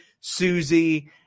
Susie